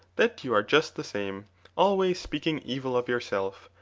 that you are just the same always speaking evil of yourself,